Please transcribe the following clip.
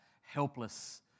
helpless